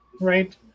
right